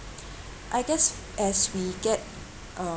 I guess as we get um